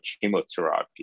chemotherapy